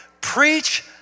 Preach